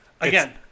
Again